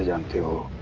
yeah um to